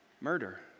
murder